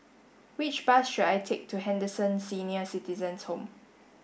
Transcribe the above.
which bus should I take to Henderson Senior Citizens' Home